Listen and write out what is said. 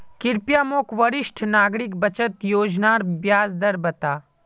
कृप्या मोक वरिष्ठ नागरिक बचत योज्नार ब्याज दर बता